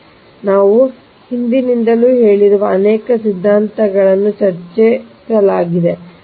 ಆದ್ದರಿಂದ ನಾವು ಹಿಂದಿನಿಂದಲೂ ಹೇಳಿರುವ ಅನೇಕ ಸಿದ್ಧಾಂತಗಳನ್ನು ಸಹ ಚರ್ಚಿಸಲಾಗಿದೆ